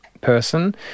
person